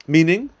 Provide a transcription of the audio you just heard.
Meaning